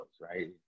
right